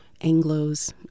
Anglos